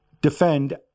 defend